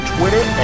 Twitter